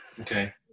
Okay